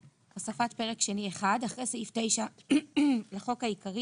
הוספת פרק שני1 10. אחרי סעיף 9 לחוק העיקרי